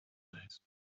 days